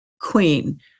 queen